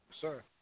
sir